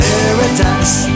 Paradise